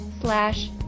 slash